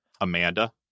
Amanda